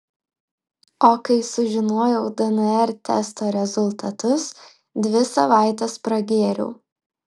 o kai sužinojau dnr testo rezultatus dvi savaites pragėriau